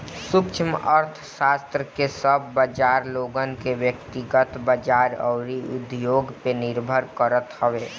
सूक्ष्म अर्थशास्त्र कअ सब बाजार लोगन के व्यकतिगत बाजार अउरी उद्योग पअ निर्भर करत हवे